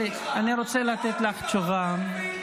אני רוצה לתת לך תשובה --- מה עדיף,